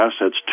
assets